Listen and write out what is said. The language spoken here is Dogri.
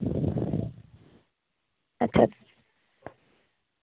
अच्छा